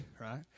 right